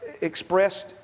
expressed